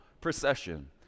procession